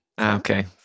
Okay